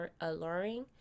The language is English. alluring